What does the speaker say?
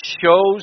shows